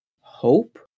hope